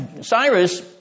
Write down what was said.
Cyrus